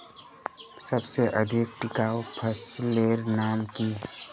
सबसे अधिक टिकाऊ फसलेर नाम की?